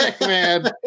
Man